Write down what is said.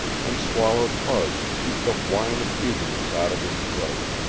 and swallowed hard to keep the whine of eagerness out of his throat.